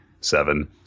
seven